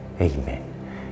Amen